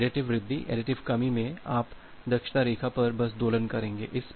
तो additive वृद्धि additive कमी में आप दक्षता रेखा पर बस दोलन करेंगे